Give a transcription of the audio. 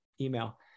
email